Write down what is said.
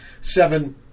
seven